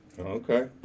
Okay